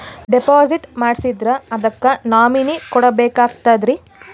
Deposit ಮಾಡ್ಸಿದ್ರ ಅದಕ್ಕ nominee ಕೊಡಬೇಕಾಗ್ತದ್ರಿ?